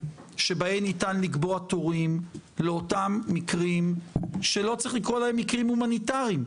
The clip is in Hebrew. שבהן ניתן לקבוע תורים לאותם מקרים שלא צריך לקרוא להם מקרים הומניטרי.